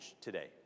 today